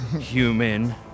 human